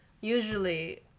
usually